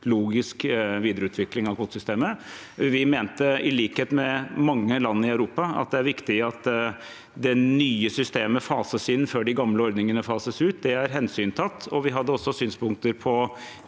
logisk videreutvikling av kvotesystemet. Vi mente, i likhet med mange land i Europa, at det er viktig at det nye systemet fases inn før de gamle ordningene fases ut. Det er hensyntatt. Vi hadde også synspunkter på